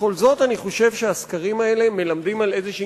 בכל זאת אני חושב שהסקרים האלה מלמדים על איזושהי